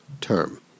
term